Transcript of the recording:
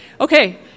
Okay